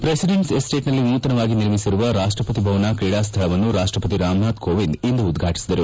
presidents ಎಸ್ಟೇಟ್ನಲ್ಲಿ ನೂತನವಾಗಿ ನಿರ್ಮಿಸಿರುವ ರಾಷ್ಟಪತಿ ಭವನ ಕ್ರೀಡಾಸ್ಥಳವನ್ನು ರಾಷ್ಟಪತಿ ರಾಮನಾಥ್ ಕೋವಿಂದ್ ಇಂದು ಉದ್ಘಾಟಿಸಿದರು